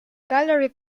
gallery